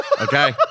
Okay